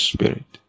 Spirit